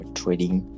trading